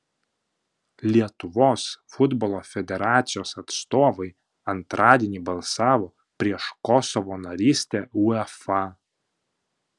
lietuvos futbolo federacijos atstovai antradienį balsavo prieš kosovo narystę uefa